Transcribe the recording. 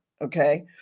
okay